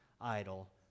idol